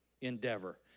endeavor